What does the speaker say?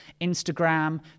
Instagram